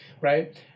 right